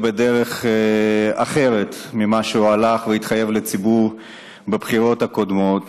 בדרך אחרת ממה שהוא הלך והתחייב לציבור בבחירות הקודמות,